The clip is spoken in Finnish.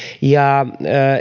ja